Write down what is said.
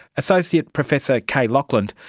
associate professor kay lauchland,